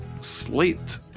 Slate